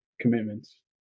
commitments